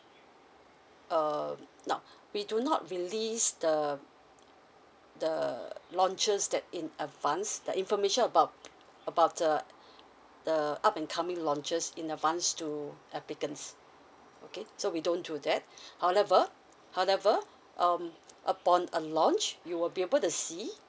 um now we do not release the the launches date in advance that information about about the the up and coming launches in advance to applicants okay so we don't do that however however um upon a launch you will be able to see